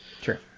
Sure